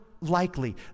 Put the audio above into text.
likely